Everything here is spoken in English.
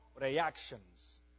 reactions